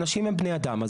אנשים הם בני אדם,